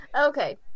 Okay